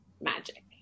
magic